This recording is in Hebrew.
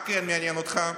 מה כן מעניין אותך?